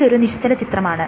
ഇതൊരു നിശ്ചലചിത്രമാണ്